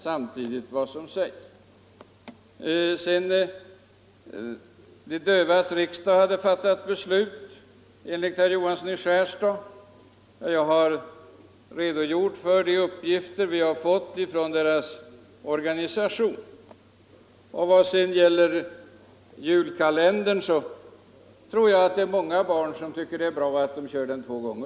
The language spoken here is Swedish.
De dövas riksdag hade enligt herr Johansson i Skärstad fattat ett visst beslut. Jag har redogjort för de uppgifter vi har fått från deras organisation. Vad sedan beträffar Julkalendern tror jag det är många barn som tycker det är bra att den körs två gånger.